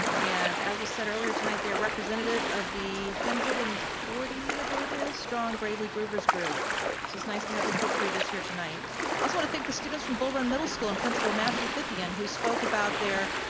and as was said earlier tonight, they're representative of the one hundred and forty, i believe it is, strong gravely groovers group. so it's nice to have the fifth graders here tonight, i also wanna thank the students from bullrun middle school and principal matthew fithian who spoke about their,